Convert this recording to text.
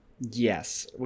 Yes